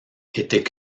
étaient